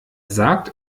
sagt